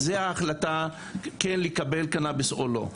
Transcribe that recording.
זאת החלטה לקבל קנביס או לא.